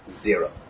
Zero